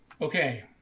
Okay